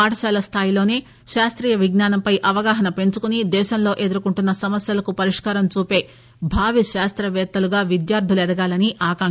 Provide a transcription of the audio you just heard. పాఠశాల స్థాయిలోసే శాస్త్రీయ విజ్ఞానం పై అవగాహన పెంచుకుని దేశంలో ఎదుర్కొంటున్న సమస్యలకు పరిష్కారం చూపే భావి శాస్త్రపేత్తలుగా విద్యార్థులు ఎదగాలని ఆకాంకించారు